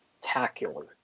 spectacular